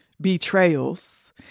Betrayals